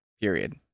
period